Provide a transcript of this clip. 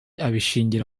abishingira